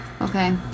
Okay